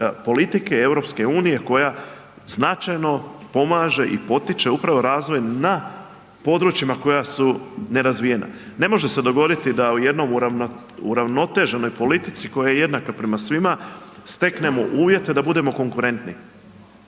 politike EU koja značajno pomaže i potiče upravo razvoj na područjima koja su nerazvijena. Ne može se dogoditi da u jednoj uravnoteženoj politici koja je jednaka prema svima steknemo uvjete da budemo konkurentni.